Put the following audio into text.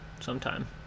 Sometime